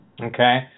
Okay